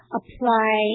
apply